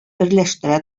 берләштерә